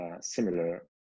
similar